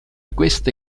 queste